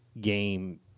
game